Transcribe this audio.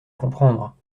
comprendre